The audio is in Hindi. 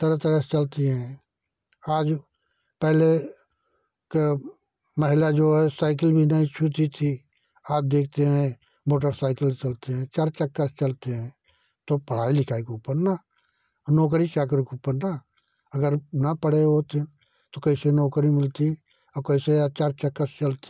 तरह तरह से चलती हैं आज पहले का महिला जो है साइकिल भी नहीं छूती थी आज देखते हैं मोटरसाइकिल चलाती हैं चार चक्का चलाती हैं तो पढ़ाई लिखाई को ऊपर ना नौकरी चाकरी के ऊपर ना अगर ना पढ़े होते तो कैसे नौकरी मिलती और कैसे आज चार चक्का से चलती